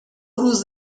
روز